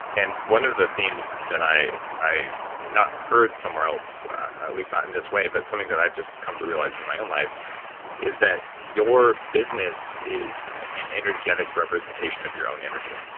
and one of the themes that i've not heard somewhere else, at least not in this way but something that i've just come to realize in my own life is that your business is an energetic representation of your own energy.